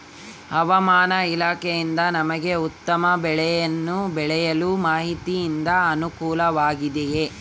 ಹವಮಾನ ಇಲಾಖೆಯಿಂದ ನಮಗೆ ಉತ್ತಮ ಬೆಳೆಯನ್ನು ಬೆಳೆಯಲು ಮಾಹಿತಿಯಿಂದ ಅನುಕೂಲವಾಗಿದೆಯೆ?